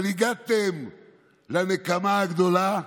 אבל הגעתם לנקמה הגדולה.